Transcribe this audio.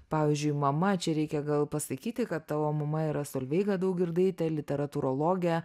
pavyzdžiui mama čia reikia gal pasakyti kad tavo mama yra solveiga daugirdaitė literatūrologė